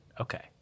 Okay